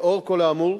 לאור כל האמור,